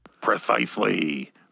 Precisely